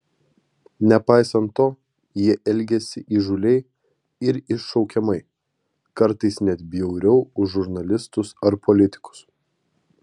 nepaisant to jie elgėsi įžūliai ir iššaukiamai kartais net bjauriau už žurnalistus ar politikus